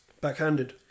Backhanded